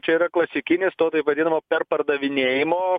čia yra klasikinis to taip vadinamo perpardavinėjimo